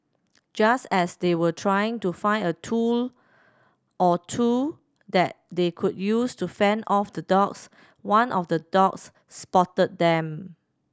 just as they were trying to find a tool or two that they could use to fend off the dogs one of the dogs spotted them